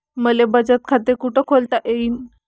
मले बचत खाते कुठ खोलता येईन?